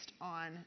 on